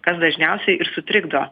kas dažniausiai ir sutrikdo